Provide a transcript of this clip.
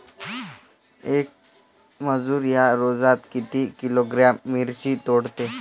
येक मजूर या रोजात किती किलोग्रॅम मिरची तोडते?